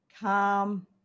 calm